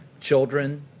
children